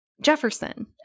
Jefferson